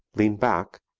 lean back,